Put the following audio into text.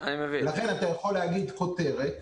לכן אתה יכול להגיד כותרת,